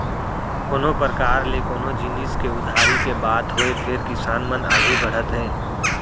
कोनों परकार ले कोनो जिनिस के उधारी के बात होय फेर किसान मन आघू बढ़त हे